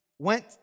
Went